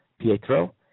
Pietro